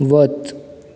वच